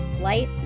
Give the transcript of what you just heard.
light